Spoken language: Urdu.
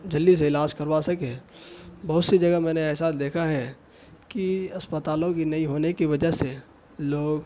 جلدی سے علاج کروا سکے بہت سی جگہ میں نے ایسا دیکھا ہے کہ اسپتالوں کی نہیں ہونے کی وجہ سے لوگ